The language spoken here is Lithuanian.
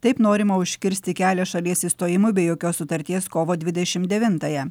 taip norima užkirsti kelią šalies išstojimui be jokios sutarties kovo dvidešimt devintąją